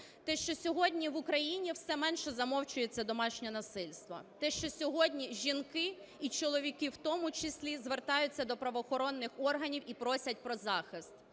Те, що сьогодні в Україні все менше замовчується домашнє насильство, те, що сьогодні жінки, і чоловіки в тому числі, звертаються до правоохоронних органів і просять про захист.